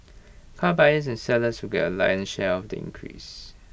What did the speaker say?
car buyers and sellers will get A lion share of the increase